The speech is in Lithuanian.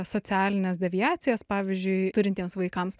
socialines deviacijas pavyzdžiui turintiems vaikams